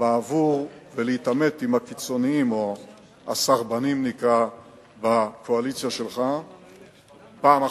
הקואליציה ולהתעמת עם הקיצונים או הסרבנים בקואליציה שלך פעם אחת,